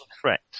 threat